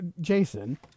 Jason